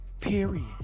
Period